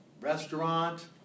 restaurant